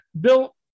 Bill